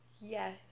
Yes